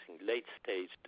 late-stage